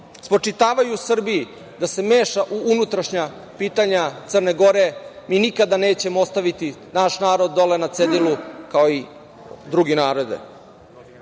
spočitavaju Srbiji da se meša u unutrašnja pitanja Crne Gore, mi nikada nećemo ostaviti naš narod dole na cedilu, kao druge